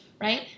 right